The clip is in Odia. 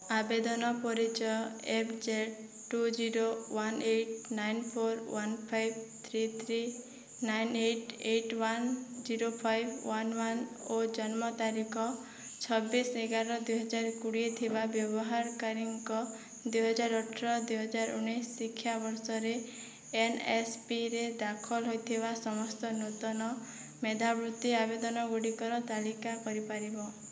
ଆବେଦନ ପରିଚୟ F Z two zero one eight nine four one five three three nine eight eight one zero five one one ଓ ଜନ୍ମ ତାରିଖ ଛବିଶି ଏଗାର ଦୁଇହଜାରକୋଡ଼ିଏ ଥିବା ବ୍ୟବହାରକାରୀଙ୍କ ଦୁଇହଜାରଅଠର ଦୁଇହଜାରଉଣେଇଶି ଶିକ୍ଷାବର୍ଷରେ ଏନ୍ଏସ୍ପିରେ ଦାଖଲ ହୋଇଥିବା ସମସ୍ତ ନୂତନ ମେଧାବୃତ୍ତି ଆବେଦନ ଗୁଡ଼ିକର ତାଲିକା କରିପାରିବ